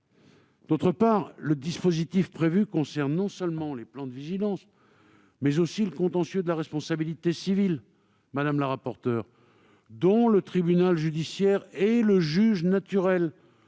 outre, le dispositif prévu concerne non seulement les plans de vigilance, mais aussi le contentieux de la responsabilité civile, dont le tribunal judiciaire est le juge naturel,